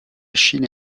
chine